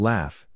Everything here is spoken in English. Laugh